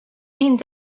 means